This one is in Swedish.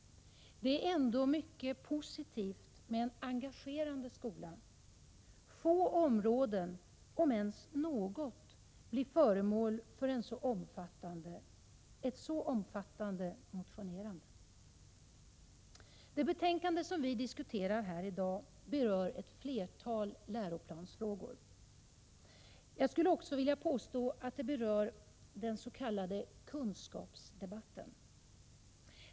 Det är ändå mycket positivt med en engagerande skola. Få områden, om ens något, blir föremål för ett så omfattande motionerande. Det betänkande vi diskuterar här i dag berör ett flertal läroplansfrågor. Jag skulle också vilja påstå att det berör den s.k. kunskapsdebatten.